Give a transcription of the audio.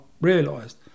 realised